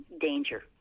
danger